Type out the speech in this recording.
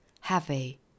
heavy